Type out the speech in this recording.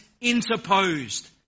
interposed